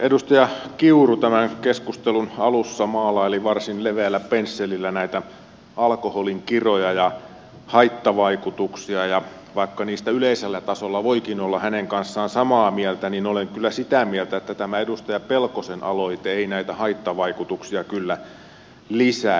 edustaja kiuru tämän keskustelun alussa maalaili varsin leveällä pensselillä näitä alkoholin kiroja ja haittavaikutuksia ja vaikka niistä yleisellä tasolla voikin olla hänen kanssaan samaa mieltä niin olen kyllä sitä mieltä että tämä edustaja pelkosen aloite ei näitä haittavaikutuksia kyllä lisäisi